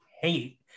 hate